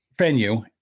venue